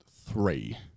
three